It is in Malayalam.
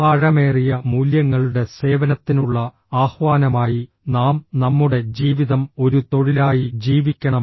ആ ആഴമേറിയ മൂല്യങ്ങളുടെ സേവനത്തിനുള്ള ആഹ്വാനമായി നാം നമ്മുടെ ജീവിതം ഒരു തൊഴിലായി ജീവിക്കണം